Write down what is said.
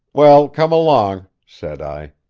well, come along, said i.